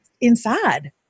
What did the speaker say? inside